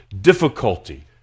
difficulty